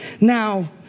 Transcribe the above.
Now